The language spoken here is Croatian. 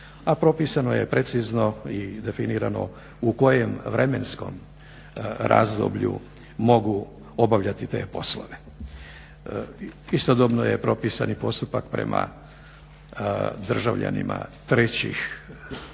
a propisano je precizno i definirano u kojem vremenskom razdoblju mogu obavljati te poslove. Istodobno je propisan i postupak prema državljanima trećih zemalja